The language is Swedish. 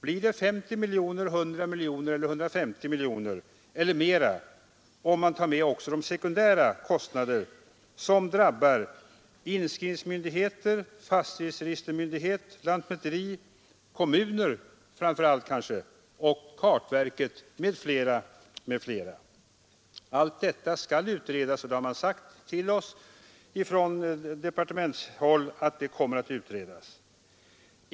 Blir det 50, 100 eller 150 miljoner eller mera, om man tar med också de sekundära kostnader som drabbar inskrivningsmyndigheter, fastighetsregistermyndigheter, lantmäteriet, kartverket m.fl. samt framför allt kommunerna? Allt detta skall utredas — det har man sagt från departementshåll.